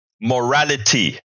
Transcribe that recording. morality